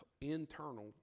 internal